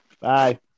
Bye